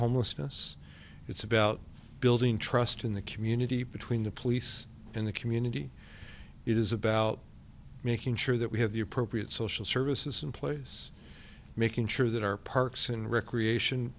homelessness it's about building trust in the community between the police and the community it is about making sure that we have the appropriate social services in place making sure that our parks and recreation